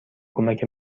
کمک